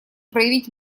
проявлять